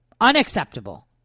Unacceptable